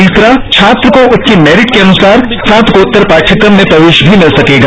तीसरा छात्र को उसकी मैरिट के अनुसार स्नातकोत्तर पाठ्यक्रम में प्रवेश भी मिल सकेगा